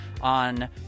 on